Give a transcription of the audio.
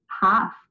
half